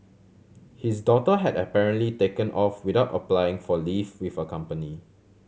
his daughter had apparently taken off without applying for leave with her company